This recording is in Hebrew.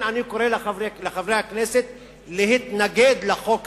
על כן אני קורא לחברי הכנסת להתנגד לחוק הזה.